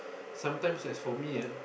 sometimes as for me ah